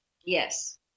Yes